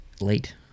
Late